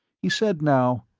he said now,